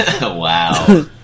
Wow